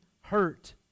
hurt